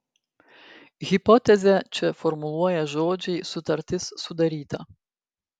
hipotezę čia formuluoja žodžiai sutartis sudaryta